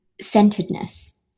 centeredness